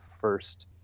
first